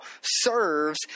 serves